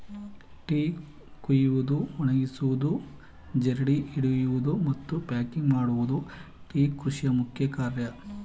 tea ಕುಯ್ಯುವುದು, ಒಣಗಿಸುವುದು, ಜರಡಿ ಹಿಡಿಯುವುದು, ಮತ್ತು ಪ್ಯಾಕಿಂಗ್ ಮಾಡುವುದು ಟೀ ಕೃಷಿಯ ಮುಖ್ಯ ಕಾರ್ಯ